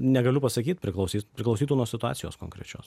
negaliu pasakyt priklausys priklausytų nuo situacijos konkrečios